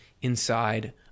inside